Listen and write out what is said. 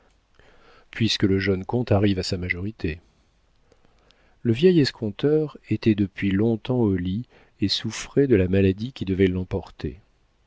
puisque le jeune comte arrive à sa majorité le vieil escompteur était depuis longtemps au lit et souffrait de la maladie qui devait l'emporter